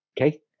Okay